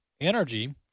energy